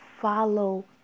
follow